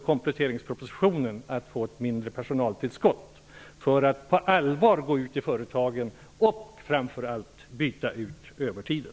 Kompletteringspropositionen kommer också att medge ett mindre personaltillskott för att man på allvar skall kunna gå ut till företagen och framför allt byta ut övertiden.